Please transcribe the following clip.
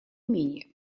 менее